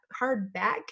hardback